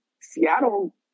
Seattle